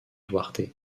duarte